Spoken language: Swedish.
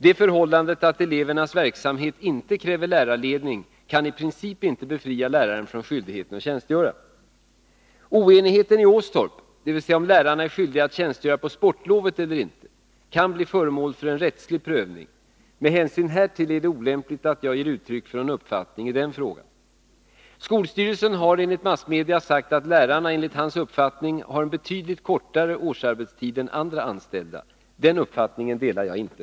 Det förhållandet att elevernas verksamhet inte kräver lärarledning kan i princip inte befria läraren från skyldigheten att tjänstgöra. Oenigheten i Åstorp, dvs. om lärarna är skyldiga att tjänstgöra på sportlovet eller inte, kan bli föremål för en rättslig prövning. Med hänsyn härtill är det olämpligt att jag ger uttryck för någon uppfattning i den frågan. Skolstyrelseordföranden har, enligt massmedia, sagt att lärarna, enligt hans uppfattning, har en betydligt kortare årsarbetstid än andra anställda. Den uppfattningen delar jag inte.